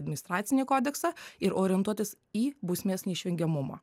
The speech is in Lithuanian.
administracinį kodeksą ir orientuotis į bausmės neišvengiamumą